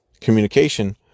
communication